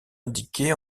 indiquée